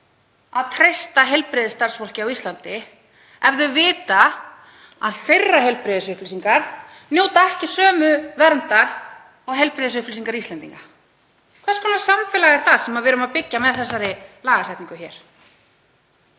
að treysta heilbrigðisstarfsfólki á Íslandi ef þau vita að heilbrigðisupplýsingar þeirra njóta ekki sömu verndar og heilbrigðisupplýsingar Íslendinga? Hvers konar samfélag er það sem við erum að byggja með þessari lagasetningu hér?